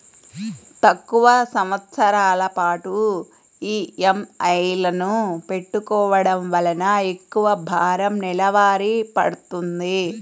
తక్కువ సంవత్సరాల పాటు ఈఎంఐలను పెట్టుకోవడం వలన ఎక్కువ భారం నెలవారీ పడ్తుంది